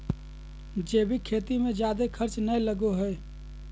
जैविक खेती मे जादे खर्च नय लगो हय